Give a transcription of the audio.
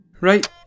Right